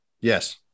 yes